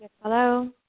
Hello